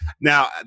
Now